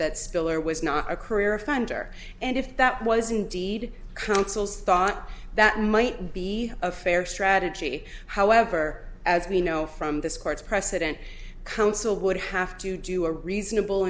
that spiller was not a career finder and if that was indeed consuls thought that might be a fair strategy however as we know from this court's precedent counsel would have to do a reasonable